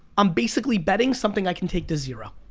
i'm basically betting something i can take to zero.